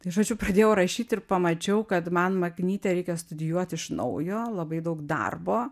tai žodžiu pradėjau rašyt ir pamačiau kad man maknytę reikia studijuot iš naujo labai daug darbo